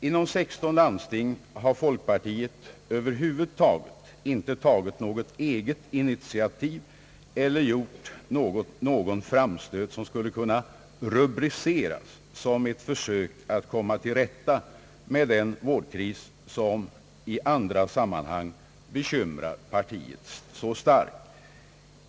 Inom 16 landsting har folkpartiet över huvud taget inte tagit något eget initiativ eller gjort någon framstöt som skulle kunna rubriceras som ens ett försök att komma till rätta med den vårdkris som i andra sammanhang bekymrar partiet så starkt.